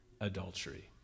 adultery